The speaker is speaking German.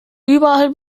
überall